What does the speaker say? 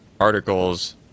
articles